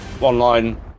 online